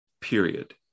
period